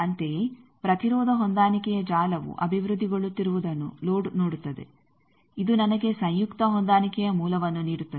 ಅಂತೆಯೇ ಪ್ರತಿರೋಧ ಹೊಂದಾಣಿಕೆಯ ಜಾಲವು ಅಭಿವೃದ್ಧಿಗೊಳ್ಳುತ್ತಿರುವುದನ್ನು ಲೋಡ್ ನೋಡುತ್ತದೆ ಇದು ನನಗೆ ಸಂಯುಕ್ತ ಹೊಂದಾಣಿಕೆಯ ಮೂಲವನ್ನು ನೀಡುತ್ತದೆ